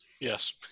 Yes